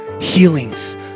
healings